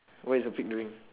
what is the pig doing